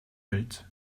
welt